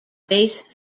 base